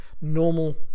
normal